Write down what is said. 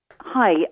Hi